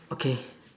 okay